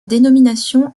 dénomination